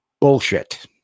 bullshit